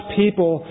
people